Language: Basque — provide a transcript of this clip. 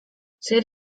zer